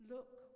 Look